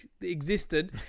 existed